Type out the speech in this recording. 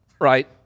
right